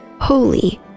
holy